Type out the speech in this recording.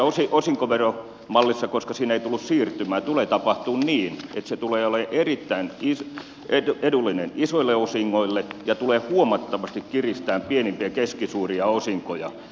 nythän tässä osinkoveromallissa koska siinä ei tullut siirtymää tulee tapahtumaan niin että se tulee olemaan erittäin edullinen isoille osingoille ja tulee huomattavasti kiristämään pienimpiä ja keskisuuria osinkoja